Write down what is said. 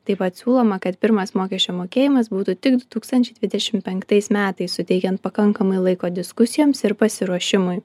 taip pat siūloma kad pirmas mokesčio mokėjimas būtų tik du tūkstančiai dvidešimt penktais metais suteikiant pakankamai laiko diskusijoms ir pasiruošimui